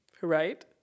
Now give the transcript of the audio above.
right